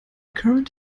current